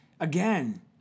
Again